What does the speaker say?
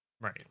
Right